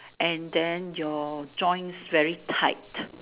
and then your joints very tight